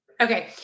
Okay